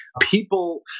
people